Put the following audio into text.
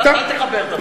אתה אל תחבר דבר.